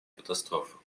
катастрофа